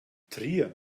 trier